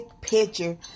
picture